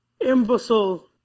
imbecile